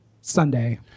Sunday